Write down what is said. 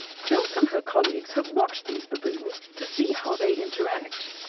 silk and her colleagues have watched these baboons to see how they interact.